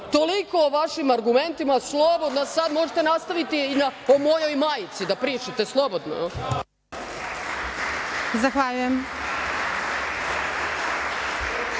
toliko o vašim argumentima. Slobodno sada možete nastaviti i o mojoj majci da pričate slobodno. **Elvira